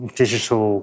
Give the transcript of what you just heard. digital